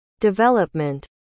Development